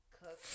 cook